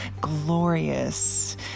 glorious